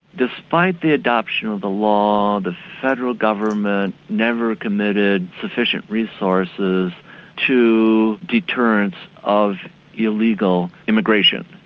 despite the adoption of the law, the federal government never committed sufficient resources to deterrence of illegal immigration,